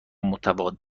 متداول